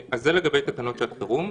זה לגבי תקנות שעת חירום.